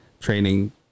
training